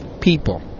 people